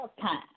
time